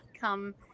come